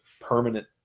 permanent